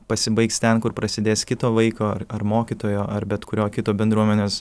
pasibaigs ten kur prasidės kito vaiko ar ar mokytojo ar bet kurio kito bendruomenės